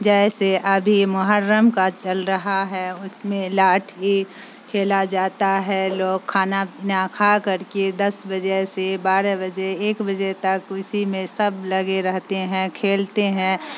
جیسے ابھی محرم کا چل رہا ہے اس میں لاٹھی کھیلا جاتا ہے لوگ کھانا پینا کھا کر کے دس بجے سے بارہ بجے ایک بجے تک اسی میں سب لگے رہتے ہیں کھیلتے ہیں